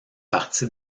partie